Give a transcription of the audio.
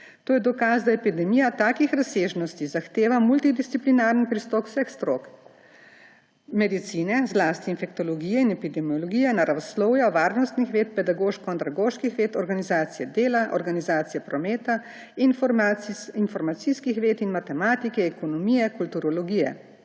To je dokaz, da epidemija takih razsežnosti zahteva multidisciplinaren pristop vseh strok: medicine, zlasti infektologije in epidemiologije, naravoslovja, varnostnih ved, pedagoško-andragoških ved, organizacije dela, organizacije prometa, informacijskih ved in matematike, ekonomije, kurtulogije.